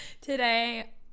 today